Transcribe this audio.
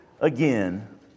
again